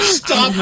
stop